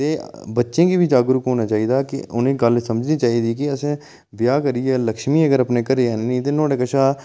ते बच्चें गी बी जागरूक होना चाहिदा उ'नें गल्ल समझनी चाहिदी कि असें ब्याह् करियै लक्ष्मी अगर अपने घरै ई आह्ननी ते नुहाड़े कशा